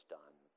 done